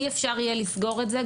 אי אפשר יהיה לסגור את זה,